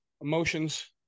emotions